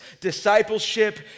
Discipleship